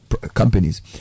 companies